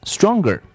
Stronger